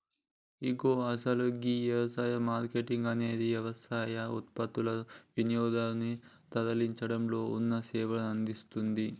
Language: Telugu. ఇగో అసలు గీ యవసాయ మార్కేటింగ్ అనేది యవసాయ ఉత్పత్తులనుని వినియోగదారునికి తరలించడంలో ఉన్న సేవలను అందిస్తుంది